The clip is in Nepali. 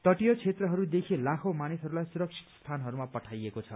तटीय क्षेत्रहरूदेखि लाखौं मानिसहरूलाई सुरक्षित स्थानहरूमा पठाइएको छ